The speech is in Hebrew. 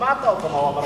שמעת אותו, מה הוא אומר.